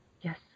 Yes